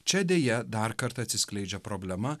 čia deja dar kartą atsiskleidžia problema